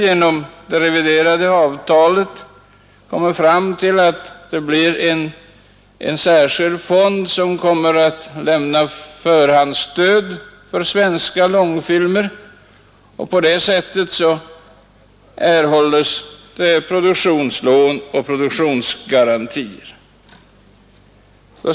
Genom det reviderade avtalet har vi nu kommit fram till att en särskild fond skall lämna förhandsstöd för svenska långfilmer. På det sättet erhålles produktionslån och produktionsgarantier.